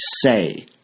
say